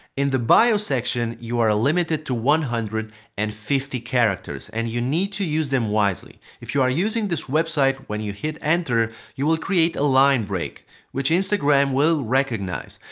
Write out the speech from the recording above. in the bio section you are limited to one hundred and fifty characters and you need to use them wisely. if you are using this website when you hit enter you will create a line break which instagram will recognize.